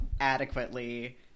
adequately